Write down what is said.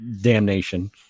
damnation